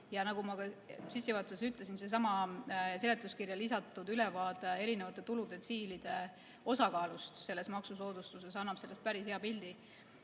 Nagu ma sissejuhatuses ütlesin, seesama seletuskirja lisatud ülevaade erinevate tuludetsiilide osakaalust selles maksusoodustuses annab sellest päris hea pildi.